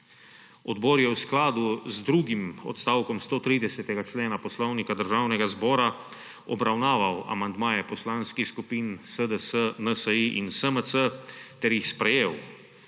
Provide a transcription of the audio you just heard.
Odbor je v skladu z drugim odstavkom 130. člena Poslovnika Državnega zbora obravnaval amandmaje poslanskih skupin SDS, NSi in SMC ter jih sprejel.